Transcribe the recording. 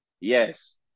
yes